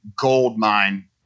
goldmine